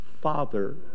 Father